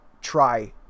try